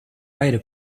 beide